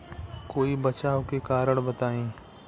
कोई बचाव के कारण बताई?